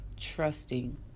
trusting